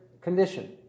condition